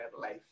life